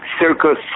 circus